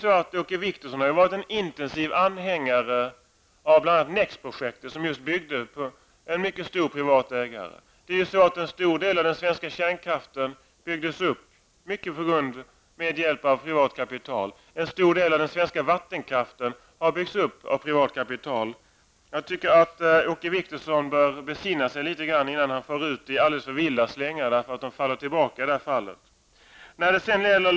Åke Wictorsson har varit en intensiv anhängare av bl.a. NEX-projektet, som byggde på en mycket stor privat ägare. En stor del av den svenska kärnkraften byggdes upp med hjälp av privatkapital. En stor del av den svenska vattenkraften har byggts upp av privatkapital. Jag tycker att Åke Wictorsson bör besinna sig litet grand innan han far ut i alldeles för vilda slängar, som slår tillbaka mot honom själv. Herr talman!